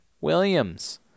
Williams